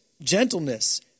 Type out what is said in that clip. gentleness